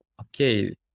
okay